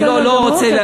אני לא רוצה,